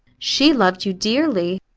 she loved you dearly.